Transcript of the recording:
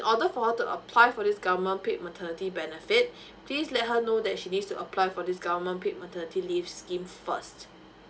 although for her to apply for this government paid maternity benefit please let her know that she needs to apply for this government paid maternity leave scheme first